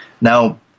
Now